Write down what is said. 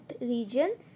region